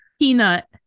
Peanut